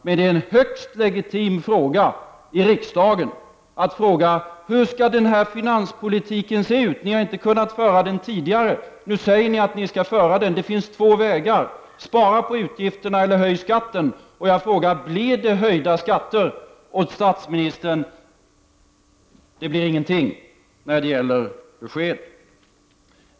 Men det är högst legitimt att i riksdagen fråga hur finanspolitiken skall se ut. Ni har inte kunnat föra den tidigare. Nu säger ni att ni skall föra den. Det finns två vägar: spara på utgifterna eller höja skatten. Jag frågar: Blir det höjda skatter? Från statsministern blir det inget besked.